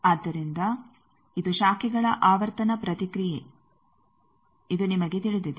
ಆದ್ದರಿಂದ ಇದು ಶಾಖೆಗಳ ಆವರ್ತನ ಪ್ರತಿಕ್ರಿಯೆ ಇದು ನಿಮಗೆ ತಿಳಿದಿದೆ